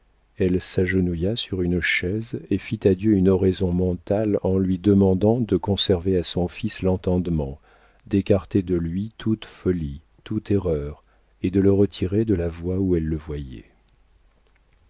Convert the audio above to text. elle s'agenouilla sur une chaise et fit à dieu une oraison mentale en lui demandant de conserver à son fils l'entendement d'écarter de lui toute folie toute erreur et de le retirer de la voie où elle le voyait